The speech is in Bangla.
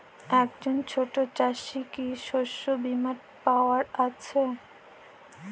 একজন ছোট চাষি কি শস্যবিমার পাওয়ার আছে?